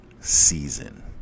season